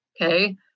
Okay